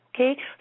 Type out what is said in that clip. okay